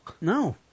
No